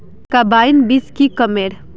Carbine बीस की कमेर?